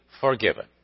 forgiven